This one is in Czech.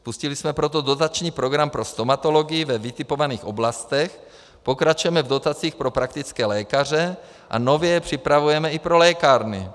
Spustili jsme proto dotační program pro stomatology ve vytipovaných oblastech, pokračujeme v dotacích pro praktické lékaře a nově je připravujeme i pro lékárny.